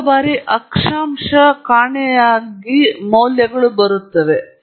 ಅನೇಕ ಬಾರಿ ಅಕ್ಷಾಂಶ ಕಾಣೆಯಾಗಿದೆ ಮೌಲ್ಯಗಳು ಬರುತ್ತದೆ